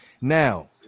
Now